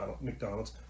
McDonald's